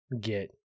get